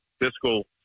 fiscal